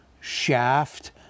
shaft